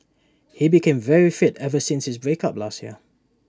he became very fit ever since his break up last year